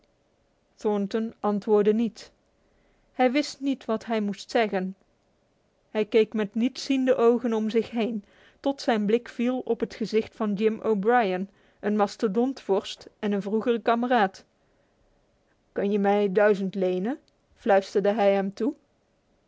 thornton antwoordde niet hij wist niet wat hij moest zeggen hij keek met nietsziende ogen om zich heen tot zijn blik viel op het gezicht van jim o'brien een mastodon vorst en een vroegere kameraad kan je mij duizend lenen fluisterde hij hem toe